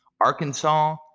Arkansas